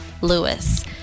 Lewis